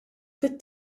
fit